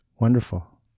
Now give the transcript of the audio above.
wonderful